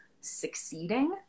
succeeding